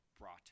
brought